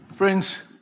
Friends